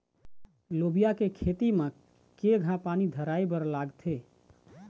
लोबिया के खेती म केघा पानी धराएबर लागथे?